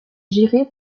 gérée